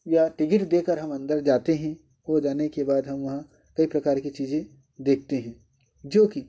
या टिकिट देकर हम अंदर जाते हैं और जाने के बाद हम वहाँ कई प्रकार की चीजें देखते हैं जो कि